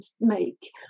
make